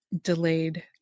delayed